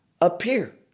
appear